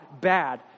bad